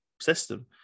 system